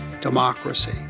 democracy